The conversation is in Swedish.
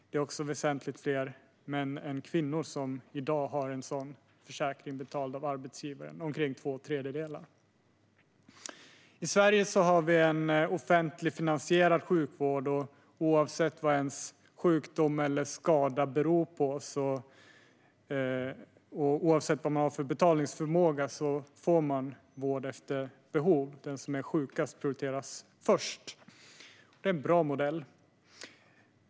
Det är också väsentligt fler män än kvinnor som i dag har en sådan försäkring betald av arbetsgivaren, omkring två tredjedelar. I Sverige har vi en offentligfinansierad sjukvård. Oavsett vad ens sjukdom eller skada beror på och oavsett vad man har för betalningsförmåga får man vård efter behov. Den som är sjukast prioriteras högst. Det är en bra modell.